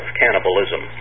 cannibalism